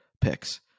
picks